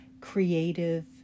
creative